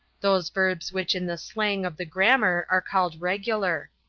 those verbs which in the slang of the grammar are called regular.